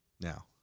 now